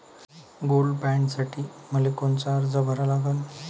Gold बॉण्डसाठी मले कोनचा अर्ज भरा लागन?